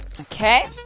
Okay